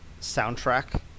soundtrack